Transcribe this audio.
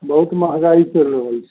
बहुत महगाइ चलि रहल छै